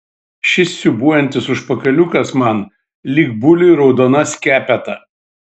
šis siūbuojantis užpakaliukas man lyg buliui raudona skepeta